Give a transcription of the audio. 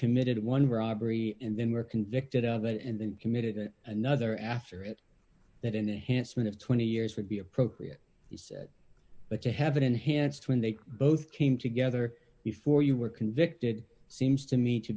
committed one robbery and then were convicted of it and then committed another after it that in the hanssen of twenty years would be appropriate but to have an enhanced when they both came together before you were convicted seems to me to